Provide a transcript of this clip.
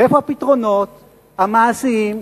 ואיפה הפתרונות המעשיים?